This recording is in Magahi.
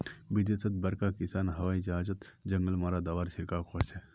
विदेशत बड़का किसान हवाई जहाजओत जंगल मारा दाबार छिड़काव करछेक